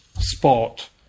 spot